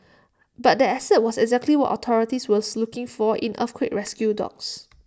but that asset was exactly what authorities was looking for in earthquake rescue dogs